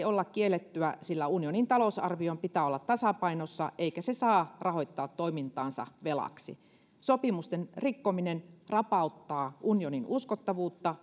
olla kiellettyä sillä unionin talousarvion pitää olla tasapainossa eikä se saa rahoittaa toimintaansa velaksi sopimusten rikkominen rapauttaa unionin uskottavuutta